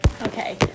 Okay